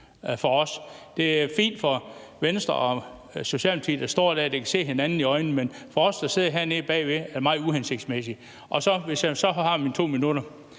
for os. Det er fint for Venstre og Socialdemokratiet, hvor man står og kan se hinanden i øjnene, men for os, der sidder hernede bagved, er det meget uhensigtsmæssigt. Jeg har så nu mine 2 minutter,